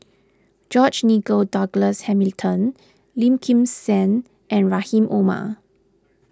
George Nigel Douglas Hamilton Lim Kim San and Rahim Omar